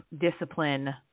discipline